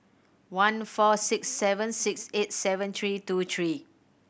one four six seven six eight seven three two three